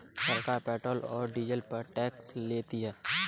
सरकार पेट्रोल और डीजल पर टैक्स लेती है